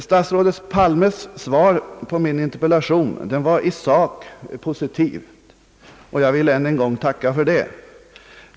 Statsrådet Palmes svar på min interpellation var i sak positivt, och jag vill än en gång tacka för det.